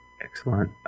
Excellent